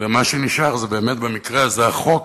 ומה שנשאר זה באמת במקרה הזה החוק.